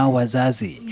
wazazi